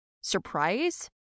Surprise